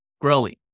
growing